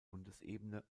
bundesebene